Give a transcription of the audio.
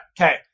Okay